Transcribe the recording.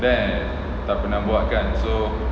then I tak pernah buat kan so